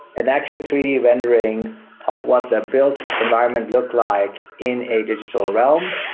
an accurate three d rendering of what the built environment looked like in a digital realm,